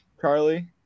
Charlie